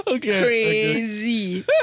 Crazy